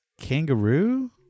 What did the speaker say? Kangaroo